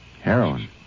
Heroin